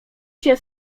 się